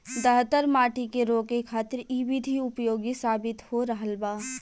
दहतर माटी के रोके खातिर इ विधि उपयोगी साबित हो रहल बा